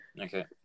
Okay